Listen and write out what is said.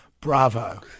Bravo